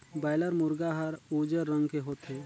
boiler मुरगा हर उजर रंग के होथे